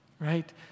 Right